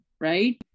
right